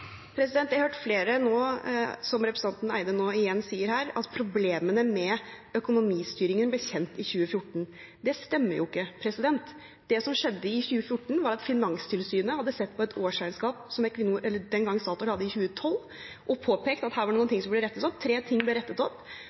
Jeg har hørt flere si, som representanten Eide sier nå igjen her, at problemene med økonomistyringen ble kjent i 2014. Det stemmer jo ikke. Det som skjedde i 2014, var at Finanstilsynet hadde sett på et årsregnskap som Equinor – den gang Statoil – hadde i 2012, og påpekt at her var det noen ting som burde rettes opp. Tre ting ble rettet opp.